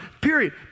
period